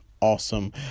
awesome